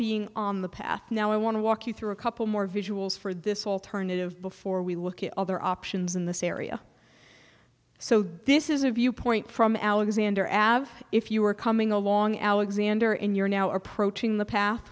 being on the path now i want to walk you through a couple more visuals for this alternative before we look at other options in this area so this is a viewpoint from alexander av if you are coming along alexander in you're now approaching the pa